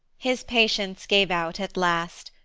his patience gave out at last,